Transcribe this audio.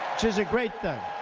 which is a great thing.